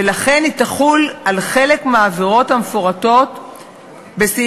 ולכן היא תחול על חלק מהעבירות המפורטות בסעיפים